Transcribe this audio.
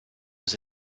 was